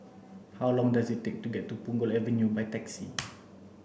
how long does it take to get to Punggol Avenue by taxi